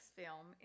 film